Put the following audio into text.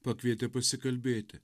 pakvietė pasikalbėti